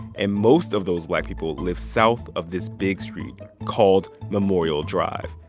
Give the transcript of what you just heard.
and most of those black people live south of this big street called memorial drive.